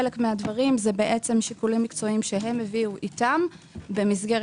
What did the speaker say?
חלק מהדברים זה שיקולים מקצועיים שהם הביאו איתם במסגרת